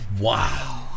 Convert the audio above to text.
Wow